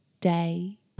day